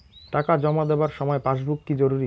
টাকা জমা দেবার সময় পাসবুক কি জরুরি?